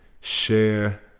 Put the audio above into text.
share